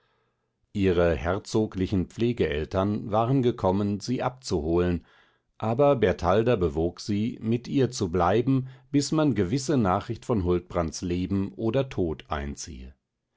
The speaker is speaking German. ihre herzoglichen pflegeeltern waren gekommen sie abzuholen aber bertalda bewog sie mit ihr zu bleiben bis man gewisse nachricht von huldbrands leben oder tod einziehe